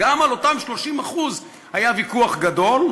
גם על אותם 30% היה ויכוח גדול,